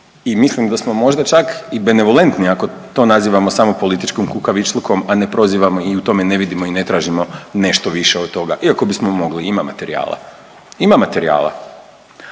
i mislim da smo možda čak i benevolentni ako to nazivamo samo političkim kukavičlukom, a ne prozivamo i u tome ne vidimo i ne tražimo nešto više od toga iako bismo mogli, ima materijala, ima materijala.